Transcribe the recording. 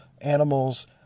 animals